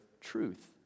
truth